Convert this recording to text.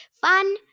fun